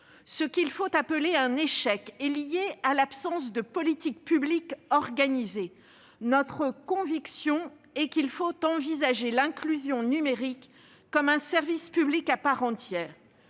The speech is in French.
Ce qu'il faut appeler un échec est lié à l'absence de politique publique organisée. Notre conviction est qu'il faut envisager l'inclusion numérique comme un service public à part entière.